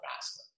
faster